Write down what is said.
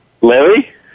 larry